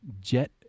jet